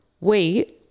wait